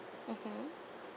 mmhmm